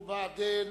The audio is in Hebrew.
ובעדין,